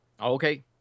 Okay